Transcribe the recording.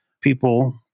People